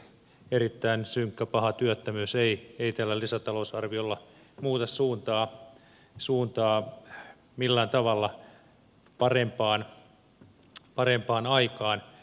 erittäin synkkä paha työttömyys ei tällä lisätalousarviolla muuta suuntaa millään tavalla parempaan aikaan